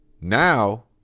Now